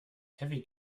heavy